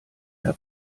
der